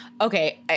okay